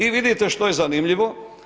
I vidite što je zanimljivo.